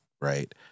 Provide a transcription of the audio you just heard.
right